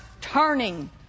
turning